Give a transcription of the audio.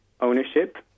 ownership